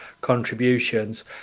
contributions